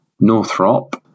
Northrop